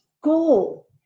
goal